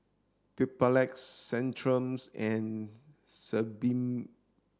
Papulex Centrum's and Sebamed